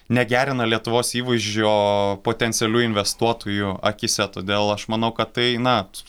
negerina lietuvos įvaizdžio potencialių investuotojų akyse todėl aš manau kad tai na